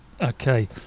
okay